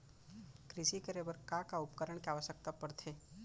कृषि करे बर का का उपकरण के आवश्यकता परथे?